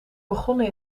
begonnen